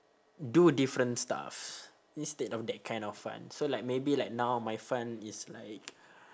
do different stuff instead of that kind of fun so like maybe like now my fun is like